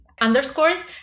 underscores